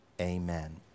amen